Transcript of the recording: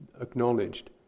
acknowledged